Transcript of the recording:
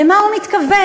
למה הוא מתכוון?